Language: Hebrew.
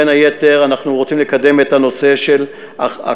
בין היתר אנחנו רוצים לקדם את הנושא של הכוונה